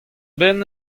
benn